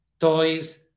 toys